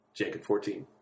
Jacob14